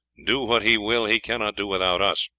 do what he will, he cannot do without us.